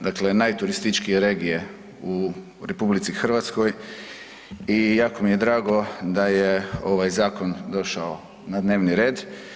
Dakle, najturističkije regije u RH i jako mi je drago da je ovaj zakon došao na dnevni red.